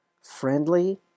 friendly